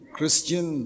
Christian